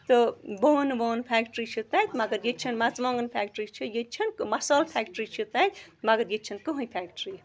تہٕ بانہٕ وانہٕ فٮ۪کٹرٛی چھِ تَتہِ مگر ییٚتہِ چھَنہٕ مَرژٕوانٛگَن فٮ۪کٹرٛی چھِ ییٚتہِ چھَنہٕ مصالہٕ فٮ۪کٹِرٛی چھِ تَتہِ مگر ییٚتہِ چھَنہٕ کٕہۭنۍ فٮ۪کٹِرٛی